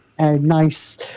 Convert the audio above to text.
Nice